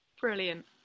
Brilliant